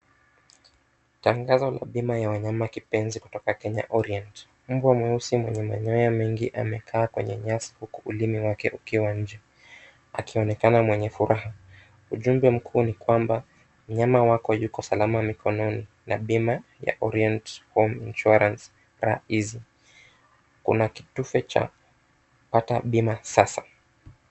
Tangazo la bima la wanyama kipenzi kutoka Kenya Orient. Mbwa mweusi mwenye manyoya mengi amekaa kwenye nyasi huku ulimi wake ukiwa nje, akionekana mwenye furaha. Ujumbe mkuu ni kwamba, mnyama wako yuko salama mikononi na bima ya Orient Home Insurance na Raha Easy . Kuna kitufe cha Pata bima sasa.